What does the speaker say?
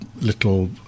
little